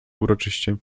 uroczyście